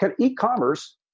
e-commerce